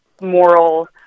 moral